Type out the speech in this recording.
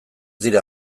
dira